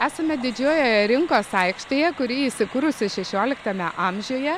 esame didžiojoje rinkos aikštėje kuri įsikūrusi šešioliktame amžiuje